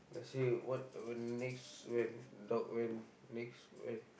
let's see what uh next when dog when next when